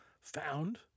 Found